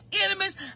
enemies